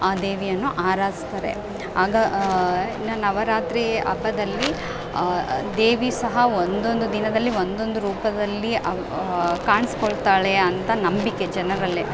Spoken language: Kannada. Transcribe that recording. ಆ ದೇವಿಯನ್ನು ಆರಾಧಿಸ್ತಾರೆ ಆಗ ಇನ್ನು ನವ ರಾತ್ರಿ ಹಬ್ಬದಲ್ಲಿ ದೇವಿ ಸಹ ಒಂದೊಂದು ದಿನದಲ್ಲಿ ಒಂದೊಂದು ರೂಪದಲ್ಲಿ ಅವ್ಳು ಕಾಣಿಸ್ಕೊಳ್ತಾಳೆ ಅಂತ ನಂಬಿಕೆ ಜನರಲ್ಲಿ